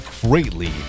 greatly